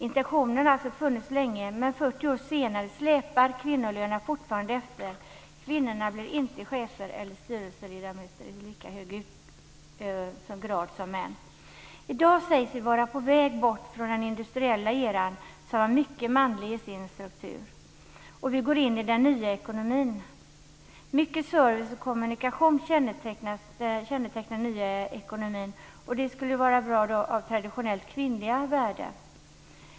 Intentionen har alltså funnits länge. Men 40 år senare släpar kvinnolönerna fortfarande efter, och kvinnorna blir inte chefer eller styrelseledamöter i lika hög grad som männen. I dag sägs vi vara på väg bort från den industriella eran, som var mycket manlig i sin struktur, och in i den nya ekonomin med mycket service och kommunikation - traditionellt kvinnliga värden.